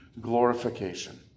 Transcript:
glorification